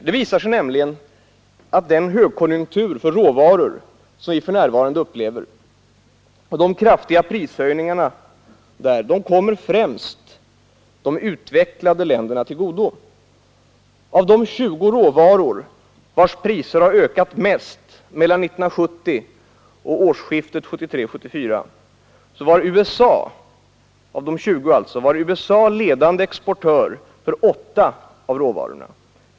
Det visar sig nämligen att den högkonjunktur för råvaror som vi för närvarande upplever och de kraftiga prishöjningarna främst kommer de utvecklade länderna till godo. Av de 20 råvaror vilkas priser ökade mest mellan 1970 och årsskiftet 1973-1974 var USA ledande exportör av 8 av dessa råvaror.